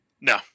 No